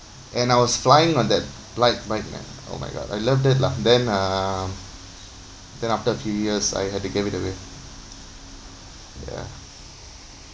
and I was flying on that light bike man oh my god I love it lah then uh then after a few years I have to gave it away ya